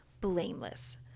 blameless